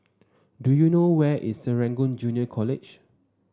do you know where is Serangoon Junior College